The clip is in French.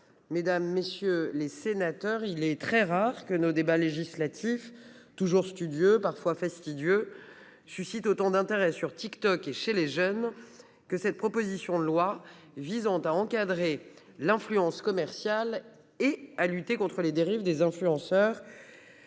Mesdames, messieurs les sénateurs. Il est très rare que nos débats législatifs toujours studieux, parfois fastidieux suscite autant d'intérêt sur TikTok et chez les jeunes que cette proposition de loi visant à encadrer l'influence commerciale et à lutter contre les dérive des influenceurs.